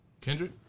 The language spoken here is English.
Kendrick